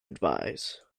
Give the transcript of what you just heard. advise